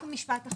רק משפט אחרון.